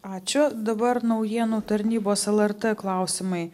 ačiū dabar naujienų tarnybos lrt klausimai